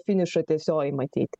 finišo tiesiojoj matyt